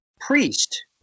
priest